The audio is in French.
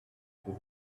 pour